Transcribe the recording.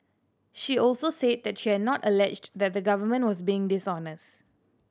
she also said that she had not alleged that the Government was being dishonest